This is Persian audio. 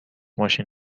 ماشین